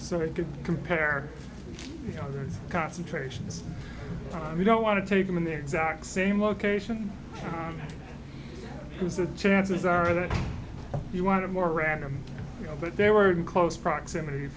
could compare concentrations we don't want to take them in their exact same location because the chances are that you want a more random you know but they were in close proximity